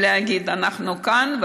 ולהגיד: אנחנו כאן,